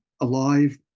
Alive